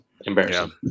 Embarrassing